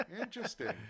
Interesting